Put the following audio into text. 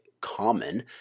common